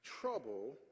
trouble